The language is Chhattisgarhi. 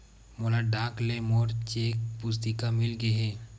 मोला डाक ले मोर चेक पुस्तिका मिल गे हे